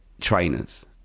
trainers